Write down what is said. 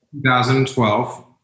2012